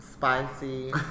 spicy